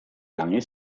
lange